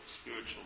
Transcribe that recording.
spiritual